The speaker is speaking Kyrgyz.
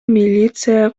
милиция